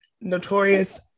notorious